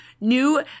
new